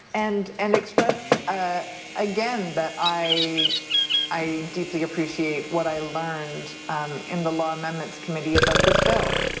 and and express ah again that i i deeply appreciate what i learned in the law amendments committee about this bill.